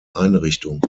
einrichtung